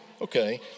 Okay